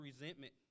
resentment